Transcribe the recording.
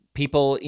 people